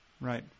Right